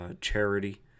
charity